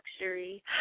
luxury